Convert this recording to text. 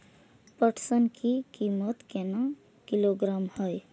पटसन की कीमत केना किलोग्राम हय?